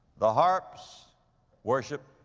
the harps worship,